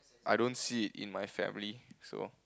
I don't see it in my family so